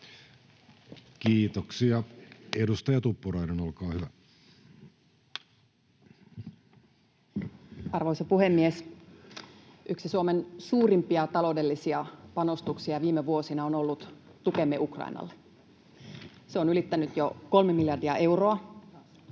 vuodelle 2025 Time: 15:10 Content: Arvoisa puhemies! Yksi Suomen suurimpia taloudellisia panostuksia viime vuosina on ollut tukemme Ukrainalle. Se on ylittänyt jo kolme miljardia euroa.